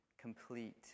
complete